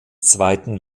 zweiten